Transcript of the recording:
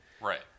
Right